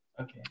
Okay